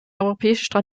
europäische